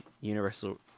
Universal